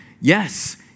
Yes